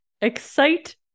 Excite